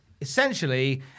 Essentially